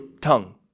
tongue